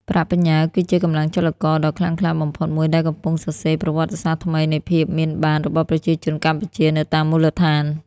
ប្រាក់បញ្ញើគឺជា "កម្លាំងចលករ" ដ៏ខ្លាំងក្លាបំផុតមួយ ដែលកំពុងសរសេរប្រវត្តិសាស្ត្រថ្មីនៃភាពមានបានរបស់ប្រជាជនកម្ពុជានៅតាមមូលដ្ឋាន។